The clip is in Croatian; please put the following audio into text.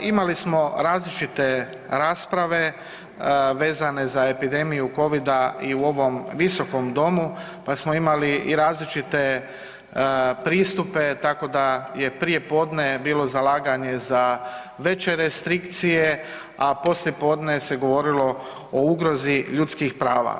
Imali smo različite rasprave vezane za epidemiju covida i u ovom Visokom domu, pa smo imali i različite pristupe tako da je prijepodne bilo zalaganje za veće restrikcije, a poslijepodne se govorilo o ugrozi ljudskih prava.